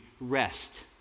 rest